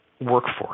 workforce